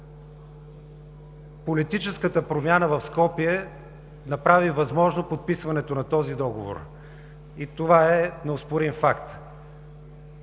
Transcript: Политическата промяна в Скопие направи възможно подписването на този договор. Това е неоспорим факт.